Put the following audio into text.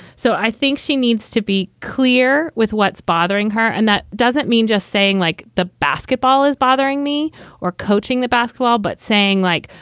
so i think she needs to be clear with what's bothering her. and that doesn't mean just saying like the basketball is bothering me or coaching the basketball, but saying like,